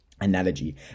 analogy